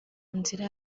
nzira